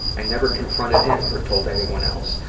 i never confronted him or told anyone else.